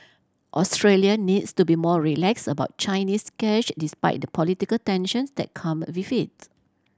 Australia needs to be more relax about Chinese cash despite the political tensions that come with it